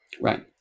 Right